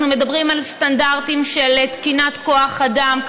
אנחנו מדברים על סטנדרטים של תקינת כוח אדם,